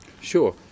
Sure